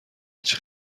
هیچ